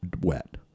wet